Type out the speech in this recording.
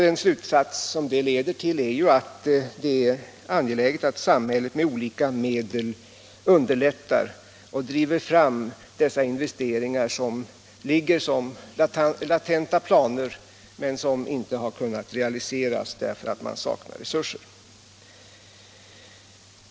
En slutsats som det leder till är ju att det är angeläget att samhället med olika medel underlättar och driver fram investeringar som ligger som latenta planer men inte har kunnat realiseras därför att resurser saknas.